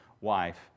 wife